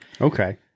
Okay